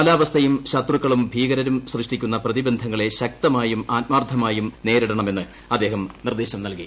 കാലാവസ്ഥയും ശത്രുക്കളും ഭീകരരും സൃഷ്ടിക്കുന്ന പ്രതിബന്ധങ്ങളെ ശക്തമായും ആത്മാർത്ഥമായും നേരിടണമെന്ന് അദ്ദേഹം നിർദ്ദേശം നൽകി